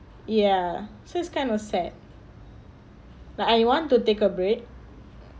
ya so it's kind of sad like I want to take a break